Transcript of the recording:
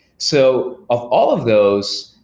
so of all of those,